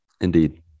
Indeed